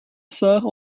sarre